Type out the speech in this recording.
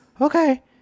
okay